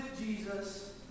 Jesus